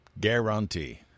Guarantee